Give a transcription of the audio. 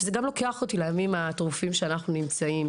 שזה גם לוקח אותי לימים המטורפים שבהם אנחנו נמצאים.